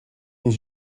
est